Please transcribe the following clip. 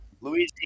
Louisiana